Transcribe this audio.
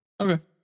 okay